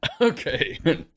Okay